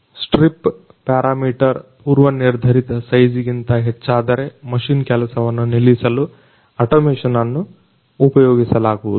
strip parameter ಪೂರ್ವ ನಿರ್ಧರಿತ ಸೈಜಿಗಿಂತ ಹೆಚ್ಚಾದರೆ ಮಷಿನ್ ಕೆಲಸವನ್ನು ನಿಲ್ಲಿಸಲು ಅಟೊಮೇಶನ್ ಅನ್ನು ಉಪಯೊಗಿಸಲಾಗುವುದು